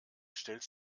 stellt